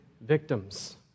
victims